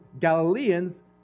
Galileans